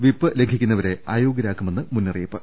whip ലംഘിക്കുന്നവരെ അയോഗൃരാക്കുമെന്ന് മുന്നറിയിപ്പ്